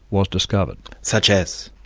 was discovered. such as?